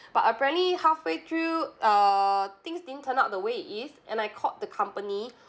but apparently halfway through err things didn't turn out the way it is and I called the company